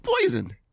poisoned